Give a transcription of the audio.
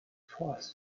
fourth